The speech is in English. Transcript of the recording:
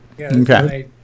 Okay